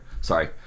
sorry